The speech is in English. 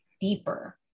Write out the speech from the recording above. deeper